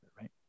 right